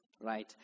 right